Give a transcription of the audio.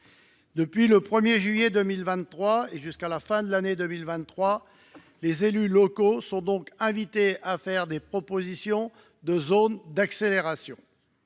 Depuis le 1 juillet 2023, et jusqu’à la fin de l’année 2023, les élus locaux sont donc invités à faire des propositions de zones d’accélération.